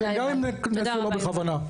שגם אם הם נעשו לא בכוונה.